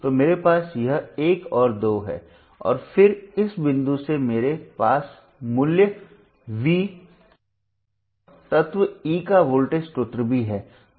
तो मेरे पास यह 1 और 2 है और फिर इस बिंदु से मेरे पास मूल्य वी और तत्व ई का वोल्टेज स्रोत भी है